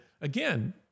again